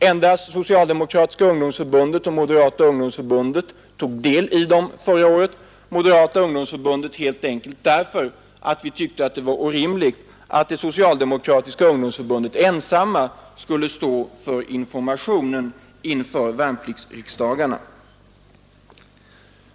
Endast Socialdemokratiska ungdomsförbundet och Moderata ungdomsförbundet tog del i dem förra året — Moderata ungdomsförbundet helt enkelt därför att vi tyckte att det var orimligt att det Socialdemokratiska ungdomsförbundet ensamt skulle stå för informationen inför värnpliktsriksdagarna.